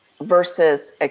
versus